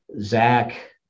Zach